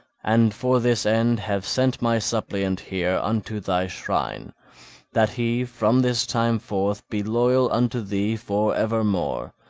and for this end have sent my suppliant here unto thy shrine that he from this time forth be loyal unto thee for evermore,